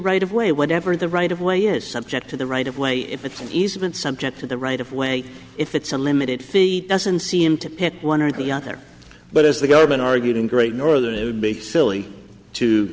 right of way whatever the right of way is subject to the right of way it's easy been subject to the right of way if it's a limited fee doesn't seem to pick one or the other but as the government argued in great northern it would be silly to